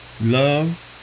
love